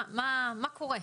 מה קורה?